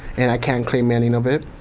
and i can't claim any of it.